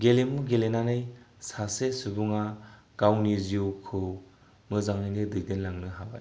गेलेमु गेलेनानै सासे सुबुङा गावनि जिउखौ मोजाङैनो दैदेनलांनो हाबाय